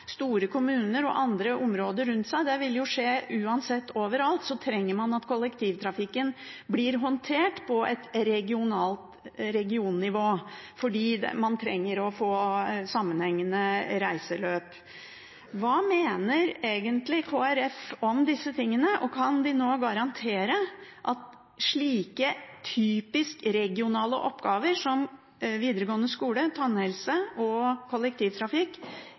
store kommuner og andre områder rundt seg. Det vil skje uansett, overalt trenger man at kollektivtrafikken blir håndtert på et regionnivå fordi man trenger å få sammenhengende reiseløp. Hva mener egentlig Kristelig Folkeparti om disse tingene, og kan de nå garantere at slike typisk regionale oppgaver som videregående skole, tannhelse og kollektivtrafikk